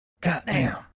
Goddamn